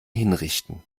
hinrichten